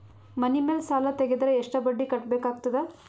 ಮನಿ ಮೇಲ್ ಸಾಲ ತೆಗೆದರ ಎಷ್ಟ ಬಡ್ಡಿ ಕಟ್ಟಬೇಕಾಗತದ?